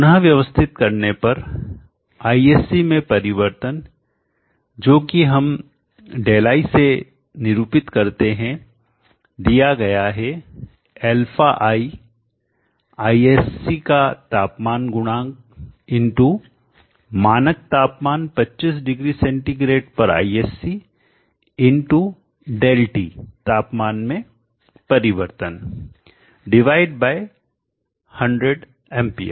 पुनः व्यवस्थित करने पर ISCमें परिवर्तन जो कि हम Δi से निरूपित करते हैं दीया गया है αiISC का तापमान गुणांक मानक तापमान 25 डिग्री सेंटीग्रेड पर ISC ΔT तापमान में परिवर्तन डिवाइड बाय 100 एंपियर